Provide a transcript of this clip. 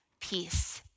peace